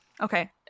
Okay